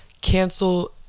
cancel